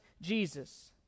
Jesus